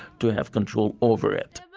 to have control over it